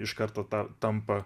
iš karto ta tampa